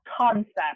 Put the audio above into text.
concept